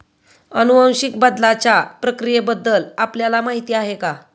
अनुवांशिक बदलाच्या प्रक्रियेबद्दल आपल्याला माहिती आहे का?